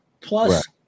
Plus